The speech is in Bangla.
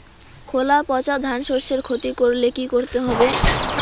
খোলা পচা ধানশস্যের ক্ষতি করলে কি করতে হবে?